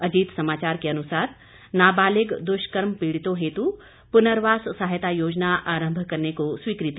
अजीत समाचार के अनुसार नाबालिग दुष्कर्म पीड़ितों हेतु पुनर्वास सहायता योजना आरंभ करने को स्वीकृति